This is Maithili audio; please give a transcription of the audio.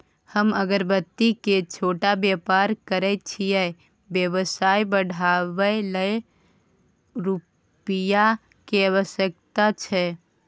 हम अगरबत्ती के छोट व्यापार करै छियै व्यवसाय बढाबै लै रुपिया के आवश्यकता छै?